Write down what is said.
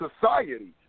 society